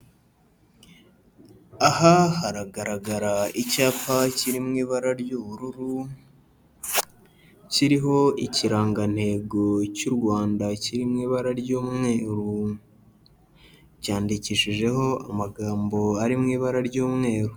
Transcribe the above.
Aha haragaragara icyapa kiri mu ibara ry'ubururu, kiriho ikirangantego cy'u Rwanda kiri mu ibara ry'umweru, cyandikishijeho amagambo ari mu ibara ry'umweru.